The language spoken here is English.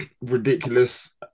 ridiculous